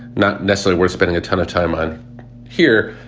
not necessary. we're spending a ton of time on here.